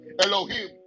Elohim